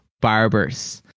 barber's